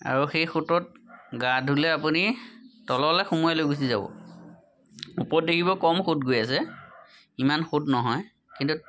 আৰু সেই সোঁতত গা ধুলে আপুনি তললৈ সোমোৱাই লৈ গুচি যাব ওপৰত দেখিব কম সোঁত গৈ আছে ইমান সোঁত নহয় কিন্তু